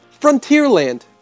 Frontierland